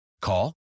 Call